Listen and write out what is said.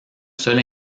seul